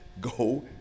go